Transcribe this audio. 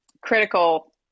critical